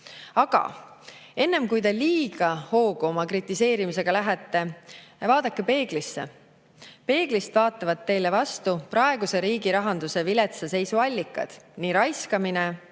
Aga enne kui te oma kritiseerimisega liiga hoogu lähete, vaadake peeglisse. Peeglist vaatavad teile vastu praeguse riigirahanduse viletsa seisu allikad: nii raiskamine